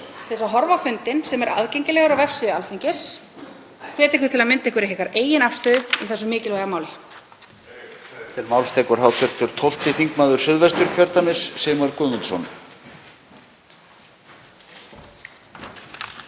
til að horfa á fundinn, sem er aðgengilegur á vefsíðu Alþingis. Ég hvet ykkur til að mynda ykkur ykkar eigin afstöðu í þessu mikilvæga máli.